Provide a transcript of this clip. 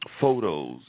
photos